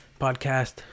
Podcast